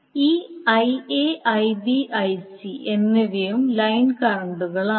ഈ Ia Ib Ic എന്നിവയും line കറന്റുകളാണ്